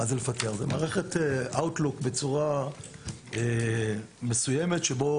זאת מערכת אאוטלוק בצורה מסוימת שיהיו